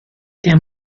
der